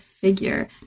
figure